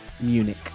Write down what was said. Munich